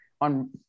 on